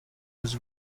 was